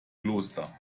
kloster